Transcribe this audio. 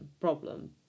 problem